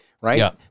right